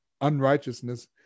unrighteousness